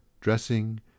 dressing